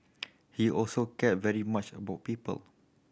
he also cared very much about people